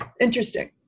Interesting